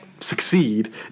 succeed